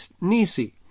Nisi